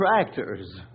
tractors